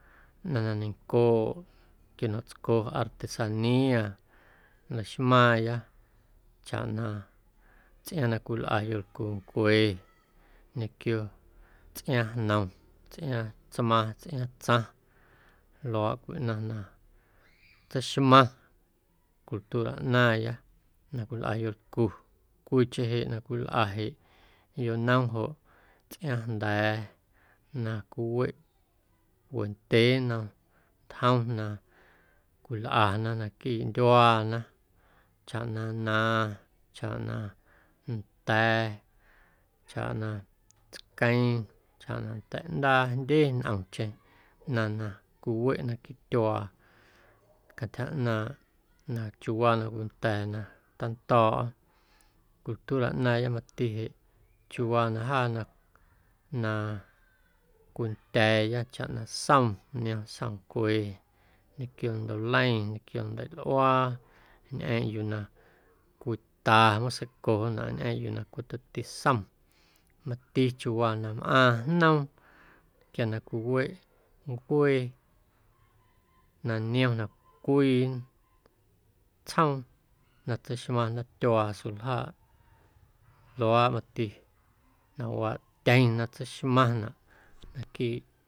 Ꞌnaⁿ na ñencooꞌ quio ñomtsco artesanía laxmaaⁿya chaꞌ na tsꞌiaaⁿ na cwilꞌa yolcuncwe ñequio tsꞌiaaⁿjnom, tsꞌiaaⁿ tsmaⁿ, tsꞌiaaⁿ tsaⁿ luaaꞌ cwii ꞌnaⁿ na tseixmaⁿ cultura ꞌnaaⁿya na cwilꞌa yolcu, cwiicheⁿ jeꞌ na cwilꞌa jeꞌ yonom joꞌ tsꞌiaaⁿjnda̱a̱ na cwiweꞌ wendyee nnom ntjom na cwilꞌana naquiiꞌ ndyuaana chaꞌ na nnaⁿ chaꞌ na nda̱ chaꞌ na tsqueⁿ chaꞌ na nda̱ꞌndaa jndye ntꞌomcheⁿ ꞌnaⁿ na cwiweꞌ naquiiꞌ tyuaa cantyja ꞌnaaⁿꞌ na chiuuwaa na cwinda̱a̱ na tando̱o̱ꞌa cultura ꞌnaaⁿya mati jeꞌ chiuuwaa na jaa na na cwindya̱a̱ya chaꞌ na som niom somncue ñequio ndolei ñequio ndeiꞌlꞌuaa ñꞌeeⁿ yuu na cwita museicoonaꞌ ñꞌeeⁿꞌ yuu na cweꞌ tomti som mati chiuuwaa na mꞌaaⁿ jnoom quia na cwiweeꞌ ncuee na niom na cwii tsjoom na tseixmaⁿ ndaatyuaa suljaaꞌ luaaꞌ mati nawaaꞌ tyeⁿ na tseixmaⁿnaꞌ naquiiꞌ.